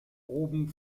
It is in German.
oben